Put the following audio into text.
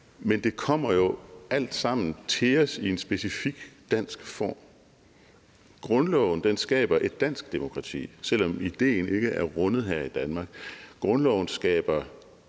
Men det kommer jo alt sammen til os i en specifikt dansk form. Grundloven skaber et dansk demokrati, selv om ideen ikke er rundet her i Danmark. Grundloven skaber